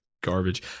garbage